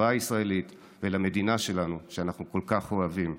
לחברה הישראלית ולמדינה שלנו שאנחנו כל כך אוהבים.